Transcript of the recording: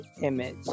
image